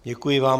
Děkuji vám.